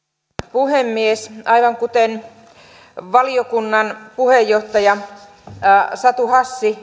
puhemies aivan kuten valiokunnan puheenjohtaja satu hassi